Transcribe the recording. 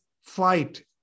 fight